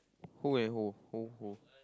who and who who who